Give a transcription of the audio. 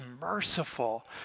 merciful